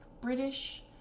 British